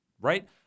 right